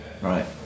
Right